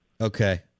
Okay